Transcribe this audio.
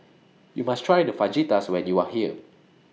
YOU must Try The Fajitas when YOU Are here